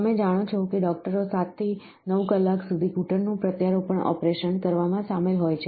તમે જાણો છો કે ડોકટરો 7 કલાક થી 9 કલાક સુધી ઘૂંટણનું પ્રત્યારોપણ ઓપરેશન કરવામાં સામેલ હોય છે